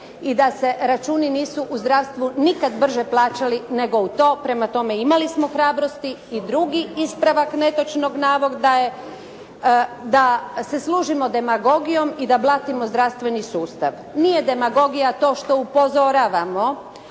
i da se računi nisu u zdravstvu nikad brže plaćali nego u to, prema tome imali smo hrabrosti. I drugi ispravak netočnog navoda je da se služimo demagogijom i da blatimo zdravstveni sustav. Nije demagogija to što upozoravamo